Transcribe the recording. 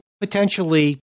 potentially